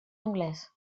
anglès